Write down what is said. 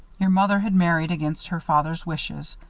your mother had married against her father's wishes.